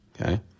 Okay